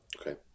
Okay